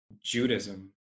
Judaism